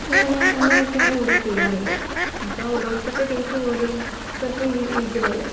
അങ്ങനെ അങ്ങനെയൊക്കെയാണ് ഇവിടെ ചെയ്യാറുള്ളത് അപ്പോൾ ഓരോരുത്തരുടെ ടേസ്റ്റ് ഓരോരുത്തരുടെ രീതിയിലല്ലേ